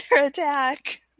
attack